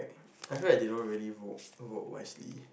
I feel like they don't really vote vote wisely